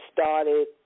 Started